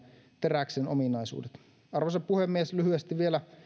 teräksen ominaisuudet arvoisa puhemies lyhyesti vielä